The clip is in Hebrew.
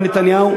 עם נתניהו,